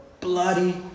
bloody